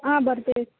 ಹಾಂ ಬರ್ತೀವಿ